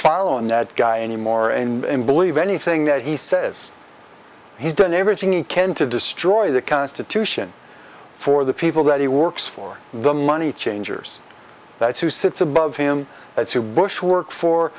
following that guy anymore and believe anything that he says he's done everything he can to destroy the constitution for the people that he works for the money changers that's who sits above him that's who bush worked for